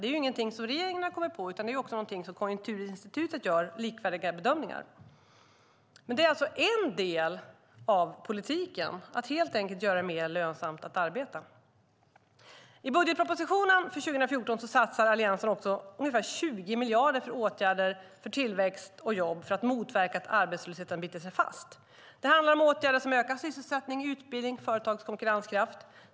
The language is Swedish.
Det är ingenting som regeringen har kommit på, utan Konjunkturinstitutet gör likvärdiga bedömningar. Men det är en del av politiken att helt enkelt göra det mer lönsamt att arbeta. I budgetpropositionen för 2014 satsar Alliansen ungefär 20 miljarder på åtgärder för tillväxt och jobb för att motverka att arbetslösheten biter sig fast. Det handlar om åtgärder som ökar sysselsättning, utbildning och företagens konkurrenskraft.